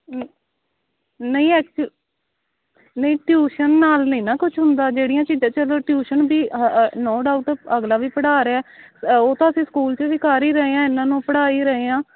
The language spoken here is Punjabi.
ਨਹੀਂ ਐਕਚ ਨਹੀਂ ਟਿਊਸ਼ਨ ਨਾਲ ਨਹੀਂ ਨਾ ਕੁਛ ਹੁੰਦਾ ਜਿਹੜੀਆਂ ਚੀਜ਼ਾਂ ਚੱਲੋ ਟਿਊਸ਼ਨ ਵੀ ਨੋ ਡਾਊਟ ਅਗਲਾ ਵੀ ਪੜ੍ਹਾ ਰਿਹਾ ਉਹ ਤਾਂ ਅਸੀਂ ਸਕੂਲ 'ਚ ਵੀ ਕਰ ਹੀ ਰਹੇ ਹਾਂ ਇਨ੍ਹਾਂ ਨੂੰ ਪੜ੍ਹਾ ਹੀ ਰਹੇ ਹਾਂ